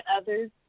others –